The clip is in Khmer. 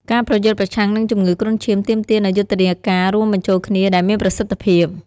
ការប្រយុទ្ធប្រឆាំងនឹងជំងឺគ្រុនឈាមទាមទារនូវយុទ្ធនាការរួមបញ្ចូលគ្នាដែលមានប្រសិទ្ធភាព។